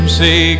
say